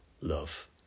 love